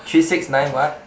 three six nine what